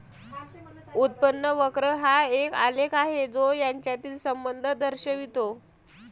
उत्पन्न वक्र हा एक आलेख आहे जो यांच्यातील संबंध दर्शवितो